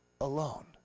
alone